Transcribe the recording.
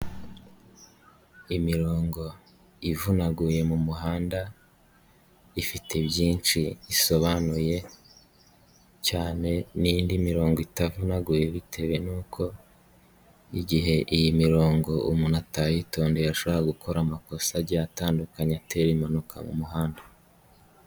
Imirongo ivunaguye mu muhanda ifite byinshi isobanuye cyane n'indi mirongo itavunaguye bitewe n'uko igihe iyi mirongo umuntu atayitondeye ashobora gukora amakosa agiye atandukanye atera impanuka mu muhanda.